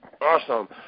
Awesome